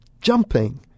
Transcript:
jumping